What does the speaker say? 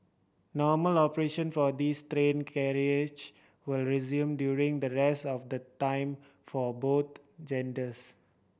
normal operation for these carriages will resume during the rest of the time for both genders